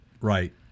Right